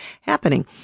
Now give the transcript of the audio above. happening